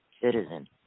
citizen